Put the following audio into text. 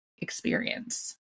experience